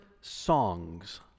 Songs